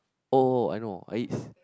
oh I know I eat s~